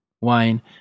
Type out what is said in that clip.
wine